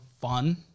fun